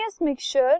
mixture